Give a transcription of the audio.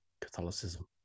Catholicism